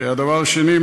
הדבר השני,